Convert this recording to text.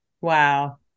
Wow